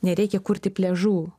nereikia kurti pliažu